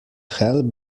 help